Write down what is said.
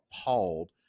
appalled